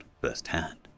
firsthand